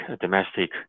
domestic